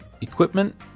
equipment